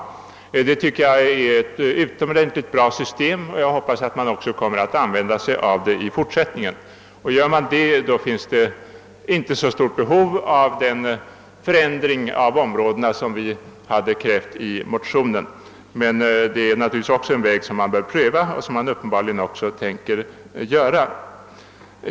Det tycker jag är ett utomordentligt bra system, och jag hoppas att man kommer att använda det även i fortsättningen. Gör man det, finns det inte så stort behov av den förändring av områdena som vi krävt i motionen, men detta är naturligtvis också en väg som bör prövas, något som man uppenbarligen även avser att göra.